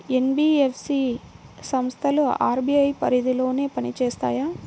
NBFC సంస్థలు RBI పరిధిలోనే పని చేస్తాయా?